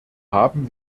haben